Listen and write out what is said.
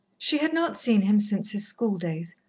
she had not seen him since his schooldays,